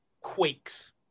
quakes